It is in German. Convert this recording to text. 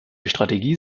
strategie